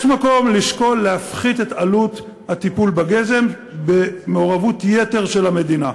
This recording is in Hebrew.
יש מקום לשקול להפחית את עלות הטיפול בגזם במעורבות יתר של המדינה.